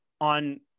on